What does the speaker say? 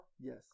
Yes